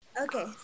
Okay